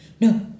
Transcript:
No